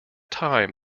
time